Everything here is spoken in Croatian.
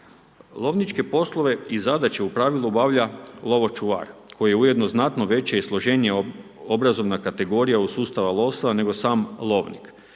Lovničke poslove i zadaće u pravilu obavlja lovočuvar koji je ujedno znatno veće i složenija obrazovna kategorija od sustava lovstva nego sam lovnik,